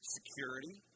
Security